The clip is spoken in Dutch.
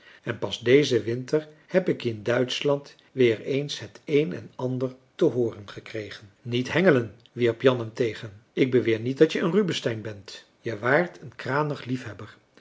en pas dezen winter heb ik in duitschland weer eens het een en ander te hooren gekregen niet hengelen wierp jan hem tegen ik beweer niet dat je een rubinstein bent je waart een kranig liefhebber